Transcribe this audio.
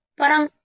parang